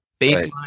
baseline